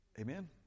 Amen